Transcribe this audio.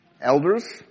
Elders